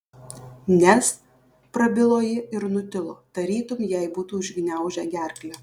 nes prabilo ji ir nutilo tarytum jai būtų užgniaužę gerklę